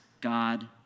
God